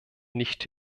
nicht